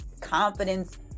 confidence